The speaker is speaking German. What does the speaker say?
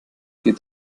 vier